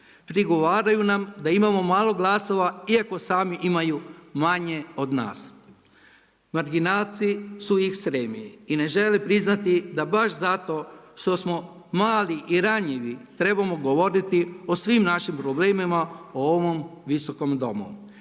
Prigovaraju nam da imamo malo glasova iako sami imaju manje od nas. Marginalci su ekstremniji i ne žele priznati da baš zato što smo mali i ranjivi trebamo govoriti o svim našim problemima u ovom Viskom domu.